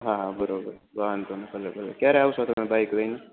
હા બરોબર વાંધોનઈ ભલે ભલે ક્યારે આવસો તમે બાઇક લઈને